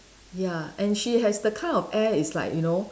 ya and she has the kind of air it's like you know